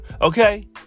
okay